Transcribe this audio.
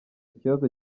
ikibazo